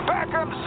Beckham